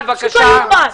זה פשוט לא יאומן.